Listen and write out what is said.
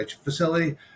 facility